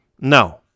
No